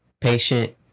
Patient